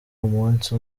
umunsi